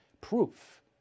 proof